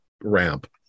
ramp